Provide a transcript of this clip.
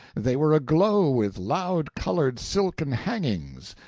they were aglow with loud-colored silken hangings,